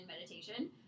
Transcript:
meditation